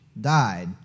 died